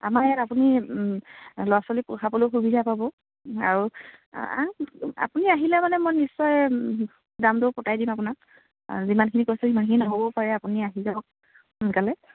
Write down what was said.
আমাৰ ইয়াত আপুনি ল'ৰা ছোৱালীক পঢ়াবলৈও সুবিধা পাব আৰু আপুনি আহিলে মানে মই নিশ্চয় দামটো পটাই দিম আপোনাক যিমানখিনি কৈছে যিমানখিনি নহ'বও পাৰে আপুনি আহি যাওক সোনকালে